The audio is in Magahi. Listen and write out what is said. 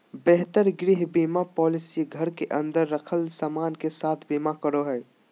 बेहतर गृह बीमा पॉलिसी घर के अंदर रखल सामान के साथ बीमा करो हय